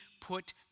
put